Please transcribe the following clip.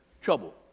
Trouble